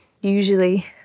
usually